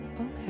Okay